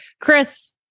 Chris